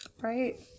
right